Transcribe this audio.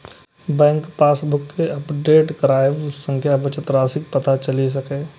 bank passbook कें update कराबय सं बचत राशिक पता चलि सकैए